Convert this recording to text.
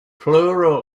plural